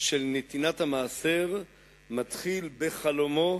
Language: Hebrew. של נתינת המעשר מתחיל בחלומו